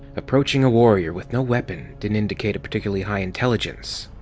approaching a warrior with no weapon didn't indicate a particularly high intelligence.